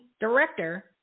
director